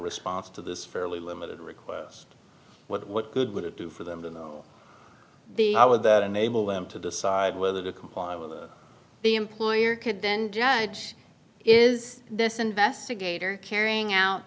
response to this fairly limited request what good would it do for them to know the how would that enable them to decide whether to comply with the employer could then judge is this investigator carrying out